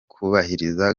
kubahiriza